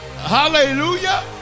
hallelujah